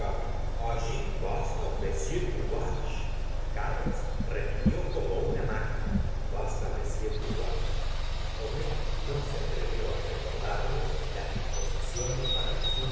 allí pasa m tuvache carlos repitió como una máquina pasa m tuvache homais no se atrevió á recordarle las disposic iones para la